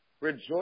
rejoice